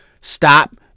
stop